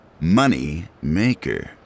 Moneymaker